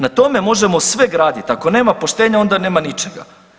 Na tome možemo sve graditi, ako nema poštenja onda nema ničega.